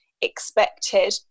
expected